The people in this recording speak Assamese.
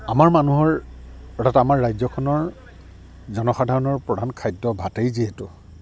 আমাৰ মানুহৰ অৰ্থাৎ আমাৰ ৰাজ্যখনৰ জনসাধাৰণৰ প্ৰধান খাদ্য ভাতেই যিহেতু